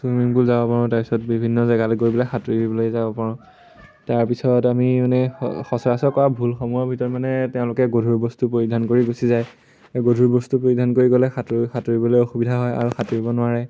swimming pool যাব পাৰোঁ তাৰপিছত বিভিন্ন জেগালৈ গৈ পেলাই সাঁতুৰিবলৈ যাব পাৰোঁ তাৰপিছত আমি মানে সচৰাচৰ কৰা ভুল সমূহৰ ভিতৰত মানে তেওঁলোকে গধুৰ বস্তু পৰিধান কৰি গুচি যায় গধুৰ বস্তু পৰিধান কৰি গ'লে সাঁতোৰ সাঁতুৰিবলৈ অসুবিধা হয় আৰু সাঁতুৰিব নোৱাৰে